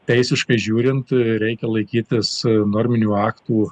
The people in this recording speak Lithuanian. teisiškai žiūrint reikia laikytis norminių aktų